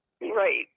Right